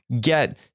get